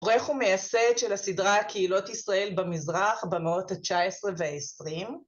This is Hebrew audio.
עורך ומייסד של הסדרה קהילות ישראל במזרח במאות ה-19 וה-20.